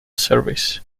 service